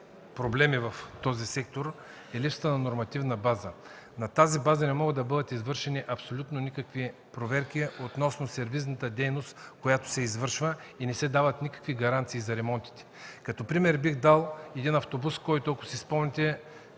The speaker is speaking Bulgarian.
проблеми в този сектор, е липсата на нормативна база. На тази база не могат да бъдат извършени абсолютно никакви проверки относно сервизната дейност, която се извършва, и не се дават никакви гаранции за ремонтите. Като пример бих дал автобуса на Бакаджика в Ямбол,